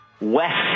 west